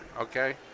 okay